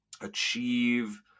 achieve